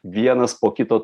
vienas po kito